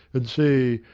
and say,